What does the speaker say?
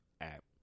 app